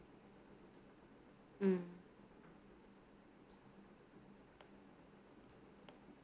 mm